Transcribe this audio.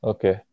Okay